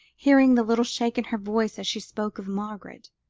hearing the little shake in her voice as she spoke of margaret